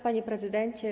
Panie Prezydencie!